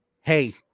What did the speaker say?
Hey